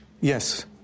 Yes